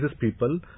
people